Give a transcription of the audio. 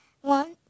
One